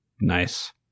Nice